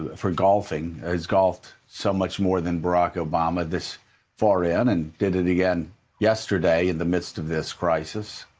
for golfing, has golfed so much more than barack obama this far in and did it again yesterday in the midst of this crisis.